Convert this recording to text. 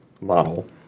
model